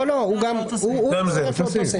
לא, לא, הוא צירף לאותו סעיף.